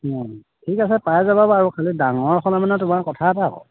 অঁ ঠিক আছে পাই যাবা বাৰু খালী ডাঙৰ মানে তোমাৰ কথা এটা আকৌ